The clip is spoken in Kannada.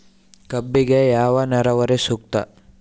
ಕಬ್ಬಿಗೆ ಯಾವ ನೇರಾವರಿ ಸೂಕ್ತ?